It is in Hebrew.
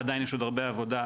עדיין יש עוד הרבה עבודה,